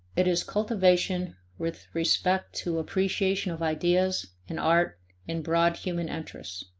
it is cultivation with respect to appreciation of ideas and art and broad human interests.